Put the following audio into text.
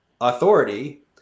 authority